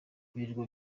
ibirwa